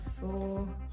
four